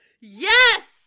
Yes